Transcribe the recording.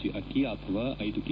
G ಅಕ್ಷಿ ಅಥವಾ ಐದು ಕೆ